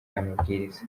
amabwiriza